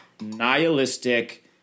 nihilistic